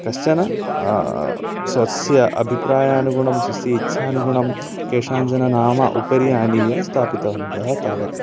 कश्चन स्वस्य अभिप्रायानुगुणं स्वस्य इच्छानुगुणं केषाञ्चन नाम उपरि आनीय स्थापितवन्तः तावदेव